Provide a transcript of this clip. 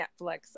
Netflix